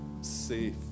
safe